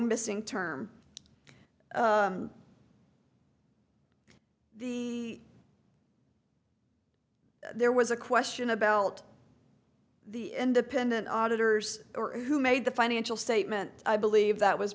missing term he there was a question about the independent auditors or who made the financial statement i believe that was